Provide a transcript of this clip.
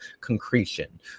concretion